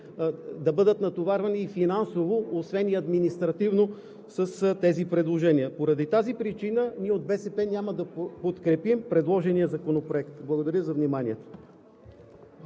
да бъдат натоварвани и финансово освен и административно с тези предложения. Поради тази причина ние от БСП няма да подкрепим предложения законопроект. Благодаря за вниманието.